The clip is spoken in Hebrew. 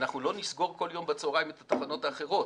אנחנו לא נסגור כל יום בצוהריים את התחנות האחרות